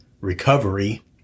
recovery